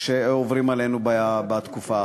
שעוברים עלינו בתקופה האחרונה,